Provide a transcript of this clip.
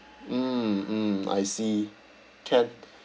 mm mm I see can